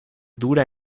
dura